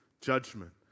judgment